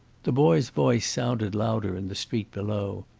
the boy's voice sounded louder in the street below.